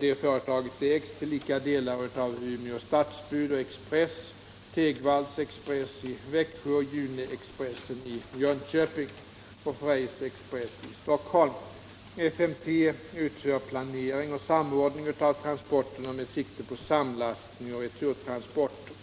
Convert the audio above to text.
Detta företag ägs till lika delar av Umeå Stadsbud & Express Nr 135 AB, Tegvalls Express AB i Växjö, June-Expressen AB i Jönköping och Onsdagen den Freys Express AB i Stockholm. FMT utför planering och samordning 18 maj 1977 av transporterna med sikte på samlastning, returtransporter